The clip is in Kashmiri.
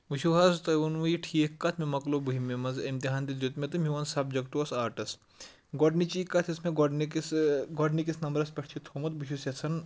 وٕچھُو حظ تۄہہِ ووٚنو یہِ ٹھیٖک کَتھ مےٚ مۄکلو بٔہمہِ منٛز اِمتحان تہِ دیُٚت مےٚ تہٕ میون سَبجَکٹ اوس آرٹٕس گۄڈنِچی کَتھ یُس مےٚ گۄڈٕنِکِس گۄڈٕنِکِس نمبرَس پٮ۪ٹھ چھِ تھوٚومُت بہٕ چھُس یَژھان